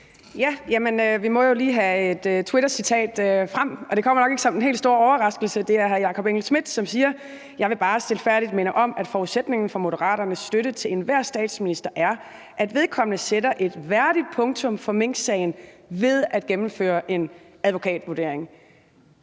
Vi må jo lige have et twittercitat frem, og det kommer nok ikke som den helt store overraskelse. Det er hr. Jakob Engel-Schmidt, som siger: »Jeg vil bare stilfærdigt minde om, at forudsætningen for Moderaternes støtte til enhver statsminister er, at vedkommende sætter et værdigt punktum for Minksagen ved at gennemføre en advokatvurdering.«